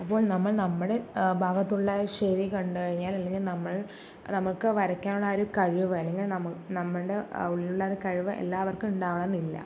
അപ്പോൾ നമ്മൾ നമ്മുടെ ഭാഗത്തുള്ള ശരി കണ്ട് കഴിഞ്ഞാൽ അല്ലെങ്കിൽ നമ്മൾ നമ്മൾക്ക് വരയ്ക്കാൻ ഉള്ള ആ ഒരു കഴിവ് അല്ലെങ്കിൽ നമുക്ക് നമ്മുടെ ഉള്ളിലുള്ള ആ ഒരു കഴിവ് എല്ലാവർക്കും ഉണ്ടാകണം എന്നില്ല